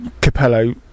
Capello